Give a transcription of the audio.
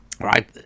right